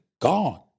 gone